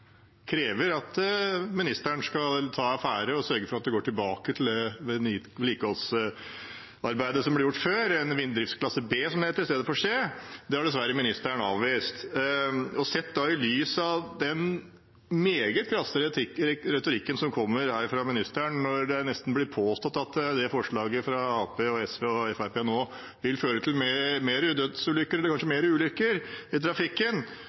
krever at ministeren skal ta affære og sørge for at en går tilbake til det vedlikeholdsarbeidet som ble gjort før, med vinterdriftsklasse B istedenfor C. Det har dessverre ministeren avvist. Sett i lys av den meget krasse retorikken som kommer fra ministeren her, der det nesten blir påstått at dette forslaget fra Arbeiderpartiet, SV og Fremskrittspartiet vil føre til flere dødsulykker eller kanskje flere ulykker i trafikken,